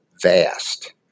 vast